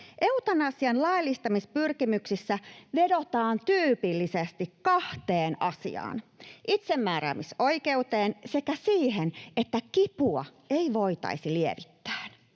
Eutanasian laillistamispyrkimyksissä vedotaan tyypillisesti kahteen asiaan: itsemääräämisoikeuteen sekä siihen, että kipua ei voitaisi lievittää.